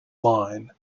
line